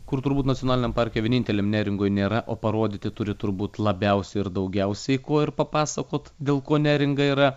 kur turbūt nacionaliniam parke vieninteliam neringoj nėra o parodyti turi turbūt labiausiai ir daugiausiai kuo ir papasakot dėl ko neringa yra